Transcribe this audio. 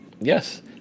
Yes